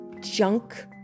junk